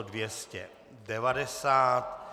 290.